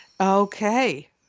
Okay